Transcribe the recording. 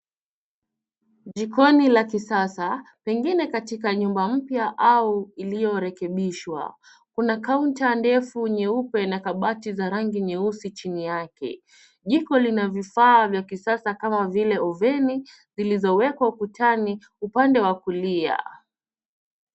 Jikoni la kisasa, pengine katika nyumba mpya au iliyorekebishwa. Kuna kaunta ndefu nyeupe na kabati za rangi nyeusi chini yake. Jiko lina vifaa vya kisasa kama vile oveni, zilizowekwa ukutani upande wa kulia.